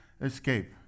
escape